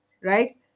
right